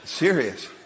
Serious